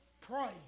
pray